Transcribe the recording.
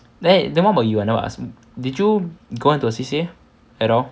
then then what about I never ask did you go into a C_C_A at all